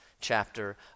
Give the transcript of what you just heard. chapter